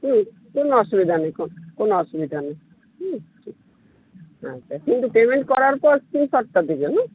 হুম কোনো অসুবিধা নেই কোনো অসুবিধা নেই হুম আচ্ছা কিন্তু পেমেন্ট করার পর স্ক্রিনশটটা দেবেন হুম